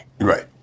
Right